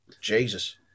Jesus